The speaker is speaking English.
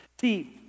see